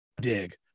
dig